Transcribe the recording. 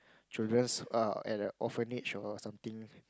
children err or at a orphanage or something